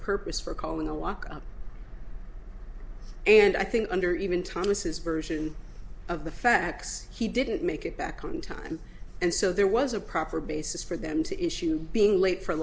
purpose for calling a walk up and i think under even thomas's version of the facts he didn't make it back on time and so there was a proper basis for them to issue being late for